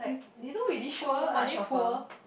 they don't really show much of a